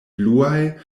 bluaj